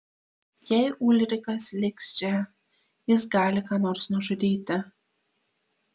jei ulrikas liks čia jis gali ką nors nužudyti